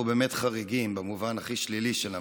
באמת חריגים במובן הכי שלילי של המילה,